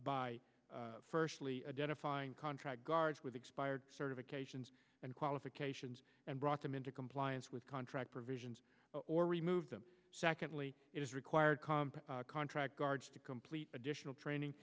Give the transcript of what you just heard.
y firstly identifying contract guards with expired certifications and qualifications and brought them into compliance with contract provisions or remove them secondly it is required contract guards to complete additional training